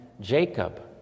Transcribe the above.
Jacob